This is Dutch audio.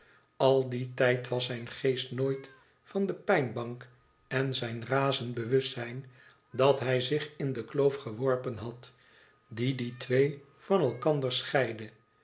al dien tijd was zijn geest nooit van de pijnbank en zijn razend bewustzijn dat hij zich in de kloof geworpen had die die twee van elkander scheidde